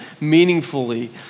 meaningfully